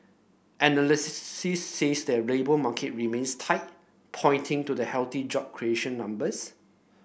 the labour market remains tight pointing to the healthy job creation numbers